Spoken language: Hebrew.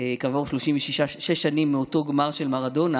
כעבור 36 שנים מאותו גמר של מרדונה,